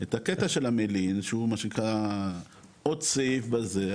את הקטע של המלין שהוא עוד סעיף בזה,